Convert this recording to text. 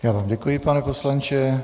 Já vám děkuji, pane poslanče.